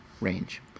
range